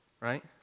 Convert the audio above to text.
right